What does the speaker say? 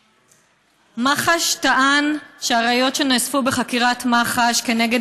מח"ש טען שהראיות שנאספו בחקירת מח"ש כנגד